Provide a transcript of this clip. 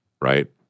right